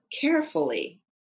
carefully